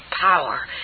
power